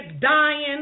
dying